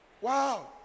Wow